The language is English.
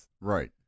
Right